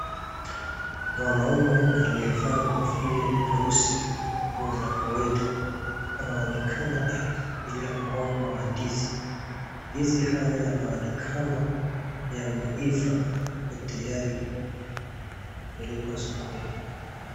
Mwanaume aliyevaa kofia nyeusi na nguo za kawaida anaonekana akishikilia mgomba wa ndizi. Ndizi hayo yanaonekana yameiva na yako tayari kupelekwa sokoni.